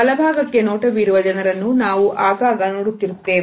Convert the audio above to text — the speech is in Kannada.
ಬಲಭಾಗಕ್ಕೆ ನೋಟ ಬೀರುವ ಜನರನ್ನು ನಾವು ಆಗಾಗೆ ನೋಡುತ್ತಿರುತ್ತೇವೆ